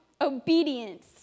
obedience